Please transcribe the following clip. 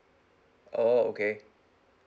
oh okay